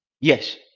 Yes